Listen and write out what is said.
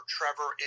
Trevor